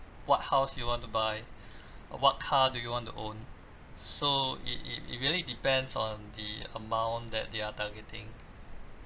what house you want to buy what car do you want to own so it it it really depends on the amount that they are targeting